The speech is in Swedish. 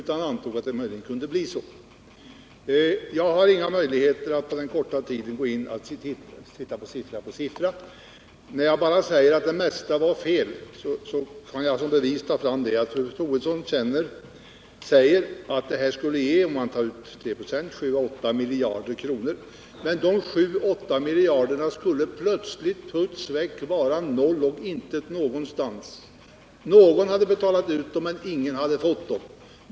Jag har inga möjligheter att på den korta tid som nu står till buds bemöta enskilda siffror i fru Troedssons redovisning, men när jag säger att det mesta var felaktigt, så kan jag som bevis anföra att fru Troedsson säger att en proms på 34 96 skulle ge 7 å 8 miljarder. Men dessa 7-8 miljarder skulle plötsligt vara borta. Någon hade betalat ut dem, men ingen hade fått dem.